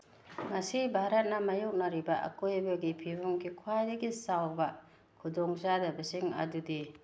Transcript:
ꯉꯁꯤ ꯚꯥꯔꯠꯅ ꯃꯥꯏꯌꯣꯛꯅꯔꯤꯕ ꯑꯀꯣꯏꯕꯒꯤ ꯐꯤꯕꯝꯒꯤ ꯈ꯭ꯋꯥꯏꯗꯒꯤ ꯆꯥꯎꯕ ꯈꯨꯗꯣꯡ ꯆꯥꯗꯕꯁꯤꯡ ꯑꯗꯨꯗꯤ